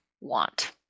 want